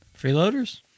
Freeloaders